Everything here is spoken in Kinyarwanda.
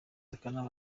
akanama